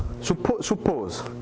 suppose